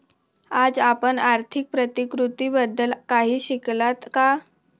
आज आपण आर्थिक प्रतिकृतीबद्दल काही शिकलात का?